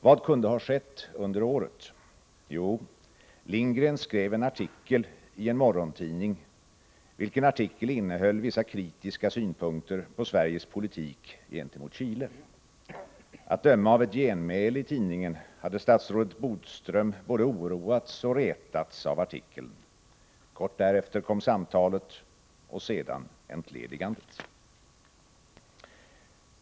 Vad kunde ha skett under året? Jo, Hugo Lindgren skrev en artikel i en morgontidning, vilken artikel innehöll vissa kritiska synpunkter på Sveriges politik gentemot Chile. Att döma av ett genmäle i tidningen hade statsrådet Bodström både oroats och retats av artikeln. Kort därefter kom samtalet och sedan entledigandet.